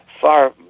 Far